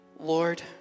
Lord